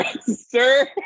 sir